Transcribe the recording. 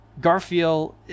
Garfield